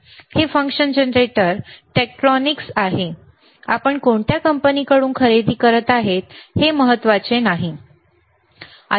हे function generator टेक्ट्रोनिक्सचे आहे आपण कोणत्या कंपनीकडून खरेदी करत आहात हे महत्त्वाचे नाही बरोबर